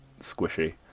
squishy